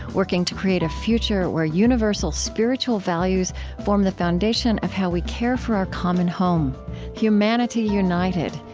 working to create a future where universal spiritual values form the foundation of how we care for our common home humanity united,